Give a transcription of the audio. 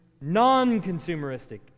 non-consumeristic